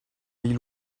pays